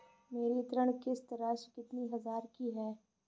मेरी ऋण किश्त राशि कितनी हजार की है?